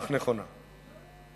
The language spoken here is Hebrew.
אך נכונה.